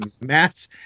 mass